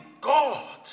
God